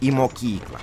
į mokyklą